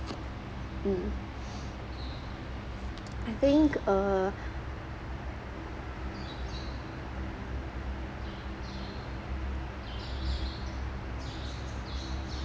mm I think uh